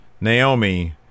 Naomi